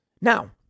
Now